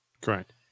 Correct